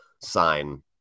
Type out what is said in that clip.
sign